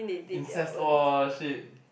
incest !wah shit!